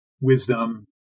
wisdom